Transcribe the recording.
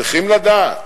צריכים לדעת,